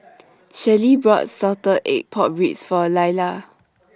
Shelley bought Salted Egg Pork Ribs For Illa